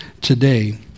today